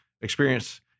experience